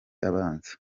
abanza